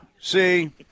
See